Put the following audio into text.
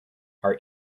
are